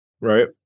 Right